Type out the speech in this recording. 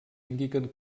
indiquen